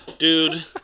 Dude